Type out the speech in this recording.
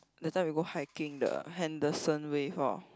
that time we go hiking the Henderson-Wave lor